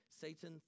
Satan